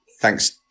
Thanks